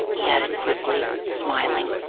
he added quickly, smiling,